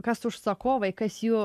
kas užsakovai kas jų